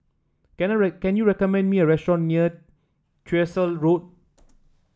can you can you recommend me a restaurant near Tyersall Road